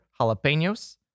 jalapenos